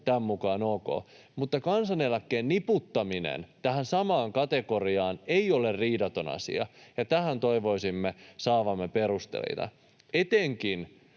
tämän mukaan ok, mutta kansaneläkkeen niputtaminen tähän samaan kategoriaan ei ole riidaton asia, ja tähän toivoisimme saavamme perusteita — etenkin,